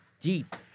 deep